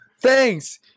thanks